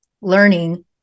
learning